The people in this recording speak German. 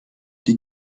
die